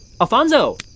Alfonso